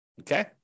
okay